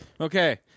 Okay